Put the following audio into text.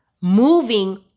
moving